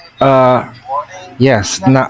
yes